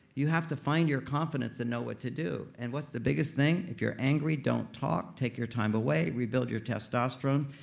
you have to find your confidence and know what to do. and what's the biggest thing? if you're angry, don't talk. take your time away rebuild your testosterone.